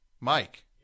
Mike